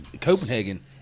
copenhagen